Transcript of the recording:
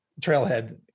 trailhead